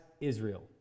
Israel